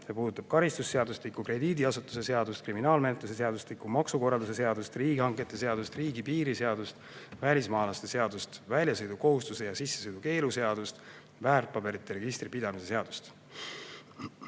See puudutab karistusseadustikku, krediidiasutuste seadust, kriminaalmenetluse seadustikku, maksukorralduse seadust, riigihangete seadust, riigipiiri seadust, välismaalaste seadust, väljasõidukohustuse ja sissesõidukeelu seadust, väärtpaberite registri pidamise seadust.